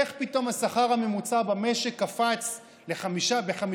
איך פתאום השכר הממוצע במשק קפץ ב-15%,